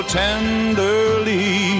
tenderly